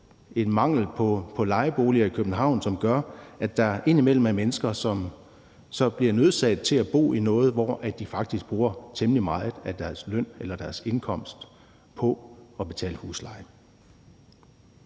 en mangel på lejeboliger i København, som gør, at der indimellem er mennesker, som så bliver nødsaget til at bo i noget, hvor de faktisk bruger temmelig meget af deres løn eller deres indkomst på at betale husleje.